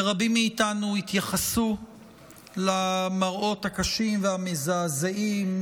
ורבים מאיתנו התייחסו למראות הקשים והמזעזעים,